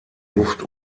luft